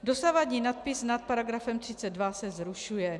Dosavadní nadpis nad § 32 se zrušuje.